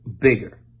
bigger